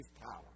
power